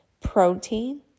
protein